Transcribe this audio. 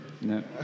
No